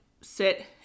sit